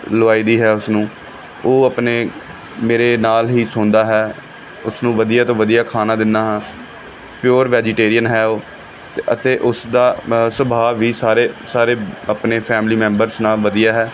ਲਗਵਾਈ ਦੀ ਹੈ ਉਸਨੂੰ ਉਹ ਆਪਣੇ ਮੇਰੇ ਨਾਲ ਹੀ ਸੌਂਦਾ ਹੈ ਉਸ ਨੂੰ ਵਧੀਆ ਤੋਂ ਵਧੀਆ ਖਾਣਾ ਦਿੰਦਾ ਹਾਂ ਪਿਓਰ ਵੇਜੀਟੇਰੀਅਨ ਹੈ ਉਹ ਤੇ ਅਤੇ ਉਸਦਾ ਮਤਲਬ ਸੁਭਾਅ ਵੀ ਸਾਰੇ ਸਾਰੇ ਆਪਣੇ ਫੈਮਿਲੀ ਮੈਂਬਰਸ ਨਾਲ ਵਧੀਆ ਹੈ